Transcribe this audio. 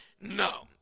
no